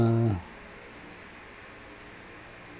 uh